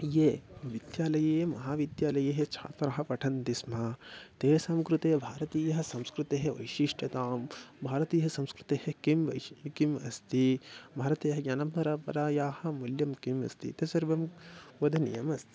ये विद्यालये महाविद्यालयेः छात्राः पठन्ति स्म तेषां कृते भारतीयः संस्कृतेः वैशिष्ट्यतां भारतीयसंस्कृतेः किं वैश् किम् अस्ति भारतीयज्ञानपरंपरायाः मूल्यं किम् अस्ति एतत्सर्वं वदनीयमस्ति